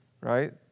right